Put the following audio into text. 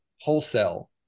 wholesale